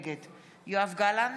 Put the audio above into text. נגד יואב גלנט,